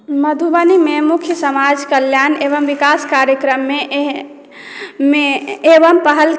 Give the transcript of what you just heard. मधुबनीमे मुख्य समाज कल्याण एवं विकास कार्यक्रममे मे एवं पहल